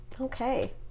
okay